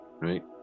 Right